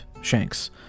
Shanks